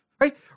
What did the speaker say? Right